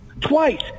twice